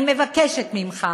אני מבקשת ממך